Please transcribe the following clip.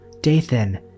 Dathan